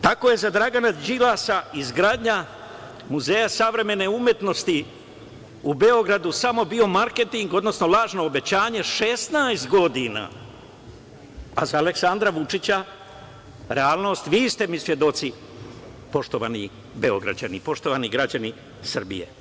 Tako je za Dragana Đilasa izgradnja Muzeja savremene umetnosti u Beogradu samo bio marketing, odnosno lažno obećanje 16 godina, a za Aleksandra Vučića realnost, vi ste mi svedoci, poštovani Beograđani, poštovani građani Srbije.